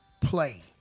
play